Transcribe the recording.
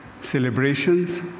celebrations